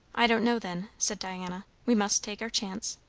i don't know, then, said diana. we must take our chance.